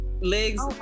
legs